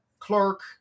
clerk